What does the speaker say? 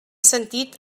sentit